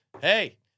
Hey